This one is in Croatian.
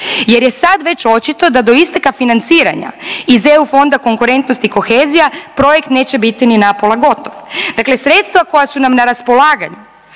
jer je sad već očito da do isteka financiranja iz eu Fonda konkurentnosti i kohezija projekt neće biti ni napola gotov, dakle sredstva koja su nam na raspolaganju